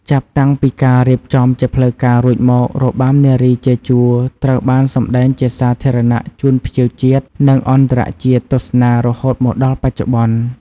ចាប់តាំងពីការរៀបចំជាផ្លូវការរួចមក របាំនារីជាជួរត្រូវបានសម្តែងជាសាធារណៈជូនភ្ញៀវជាតិ និងអន្តរជាតិទស្សនារហូតមកដល់បច្ចុប្បន្ន។